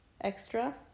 extra